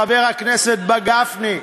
חבר הכנסת גפני,